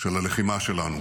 הלחימה שלנו.